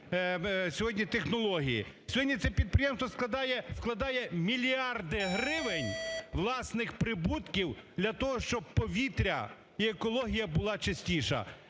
Сьогодні це підприємство вкладає мільярди гривень власних прибутків для того, щоб повітря і екологія була чистіша.